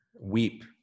weep